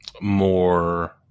more